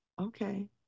okay